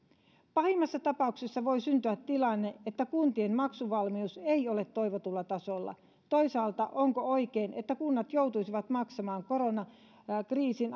pahimmassa tapauksessa voi syntyä tilanne että kuntien maksuvalmius ei ole toivotulla tasolla toisaalta onko oikein että kunnat joutuisivat maksamaan koronakriisin